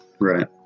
right